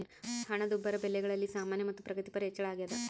ಹಣದುಬ್ಬರ ಬೆಲೆಗಳಲ್ಲಿ ಸಾಮಾನ್ಯ ಮತ್ತು ಪ್ರಗತಿಪರ ಹೆಚ್ಚಳ ಅಗ್ಯಾದ